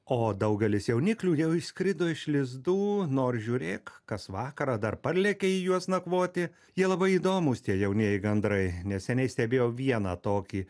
o daugelis jauniklių jau išskrido iš lizdų nors žiūrėk kas vakarą dar parlėkia į juos nakvoti jie labai įdomūs tie jaunieji gandrai neseniai stebėjau vieną tokį